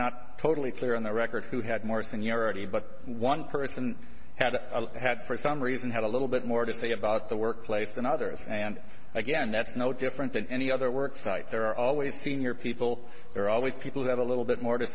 not totally clear on the record who had more seniority but one person had had for some reason had a little bit more to say about the workplace than others and again that's no different than any other work site there are always senior people there are always people who have a little bit more to